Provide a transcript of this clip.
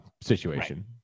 situation